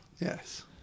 Yes